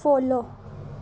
follow